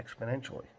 exponentially